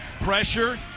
Pressure